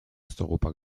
osteuropa